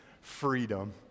freedom